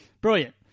Brilliant